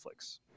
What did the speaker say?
Netflix